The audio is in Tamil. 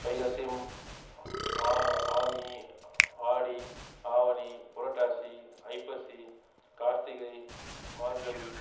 வைகாசி ஆனி ஆடி ஆவணி புரட்டாசி ஐப்பசி கார்த்திகை மார்கழி